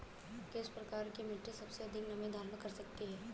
किस प्रकार की मिट्टी सबसे अधिक नमी धारण कर सकती है?